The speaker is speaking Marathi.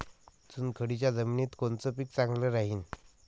चुनखडीच्या जमिनीत कोनचं पीक चांगलं राहीन?